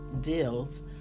deals